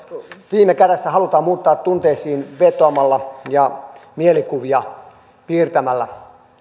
viime kädessä halutaan muuttaa tunteisiin vetoamalla ja mielikuvia piirtämällä